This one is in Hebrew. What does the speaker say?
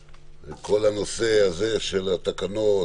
שכל הנושא הזה של התקנות,